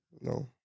No